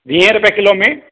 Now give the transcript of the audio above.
वीहें रुपये किलो में